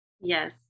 yes